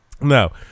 No